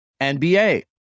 NBA